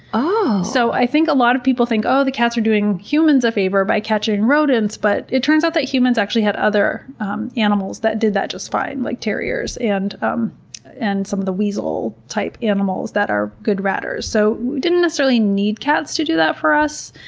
so, i think a lot of people think, oh, the cats are doing humans a favor by catching rodents' but it turns out that humans actually had other animals that did that just fine, like terriers and um and some of the weasel-type animals that are good ratters, so we didn't necessarily need cats to do that for us.